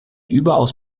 überaus